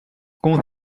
公司